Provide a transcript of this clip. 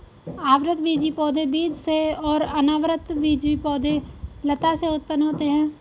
आवृतबीजी पौधे बीज से और अनावृतबीजी पौधे लता से उत्पन्न होते है